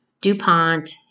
DuPont